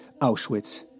Auschwitz